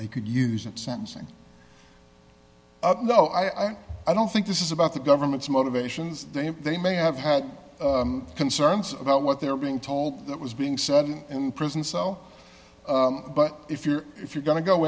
they could use at sentencing no i don't i don't think this is about the government's motivations then they may have had concerns about what they're being told that was being said in prison so but if you're if you're going to go